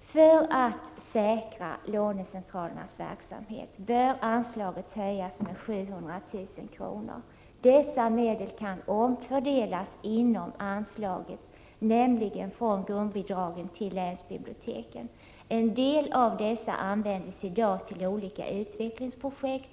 För att säkra lånecentralernas verksamhet bör anslaget höjas med 700 000 kr. Dessa medel kan omfördelas inom anslaget, nämligen från grundbidragen till länsbiblioteken. En del av dessa medel används i dag till olika utvecklingsprojekt.